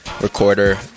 recorder